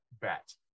bet